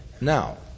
Now